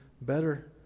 better